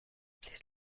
please